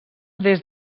des